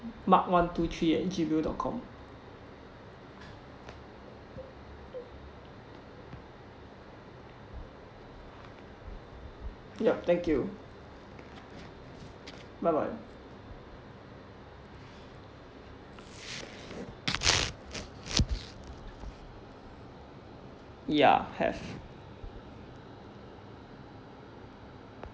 mark one two three at gmail dot com yup thank you bye bye ya have